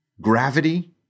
gravity